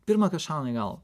pirma kas šauna į galvą